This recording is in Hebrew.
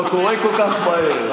לא קורה כל כך מהר,